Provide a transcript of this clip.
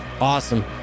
Awesome